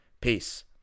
Peace